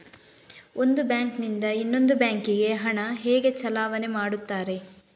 ಒಂದು ಬ್ಯಾಂಕ್ ನಿಂದ ಇನ್ನೊಂದು ಬ್ಯಾಂಕ್ ಗೆ ಹಣ ಹೇಗೆ ಚಲಾವಣೆ ಮಾಡುತ್ತಾರೆ?